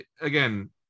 again